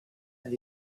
and